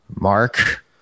mark